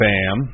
Bam